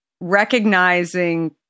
recognizing